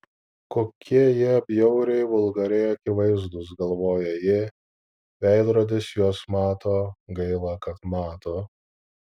kokie jie bjauriai vulgariai akivaizdūs galvoja ji veidrodis juos mato gaila kad mato